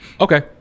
okay